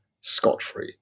scot-free